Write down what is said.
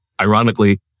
Ironically